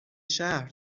شهر